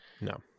no